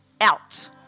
out